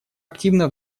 активно